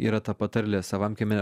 kaip kaip yra ta patarlė savam kieme